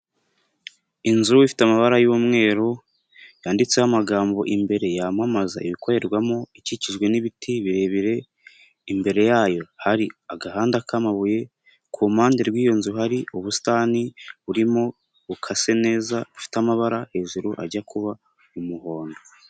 Inzu ifite amabara yu'mweru, yanditseho amagambo imbere yamamaza ibikorerwamo, ikikijwe n'ibiti birebire, imbere yayo hari agahanda k'amabuye, ku ruhande rw'iyo nzu hari ubusitani burimo bukase neza bufite amabara hejuru ajya kuba umuhondo.